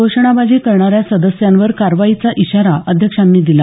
घोषणाबाजी करणाऱ्या सदस्यांवर कारवाईचा इशारा अध्यक्षांनी दिला